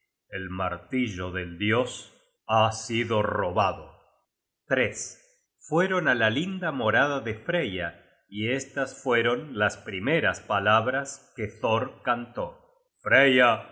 el martillo del dios ha sido robado fueron á la linda morada de freya y estas fueron las primeras palabras que thor cantó freya